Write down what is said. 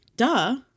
Duh